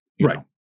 right